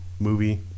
movie